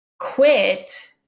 quit